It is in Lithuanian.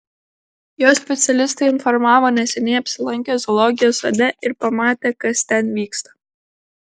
jos specialistai informavo neseniai apsilankę zoologijos sode ir pamatę kas ten vyksta